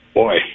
boy